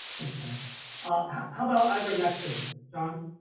thanks ah um art. how about ivermectin, john?